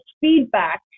feedback